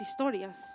historias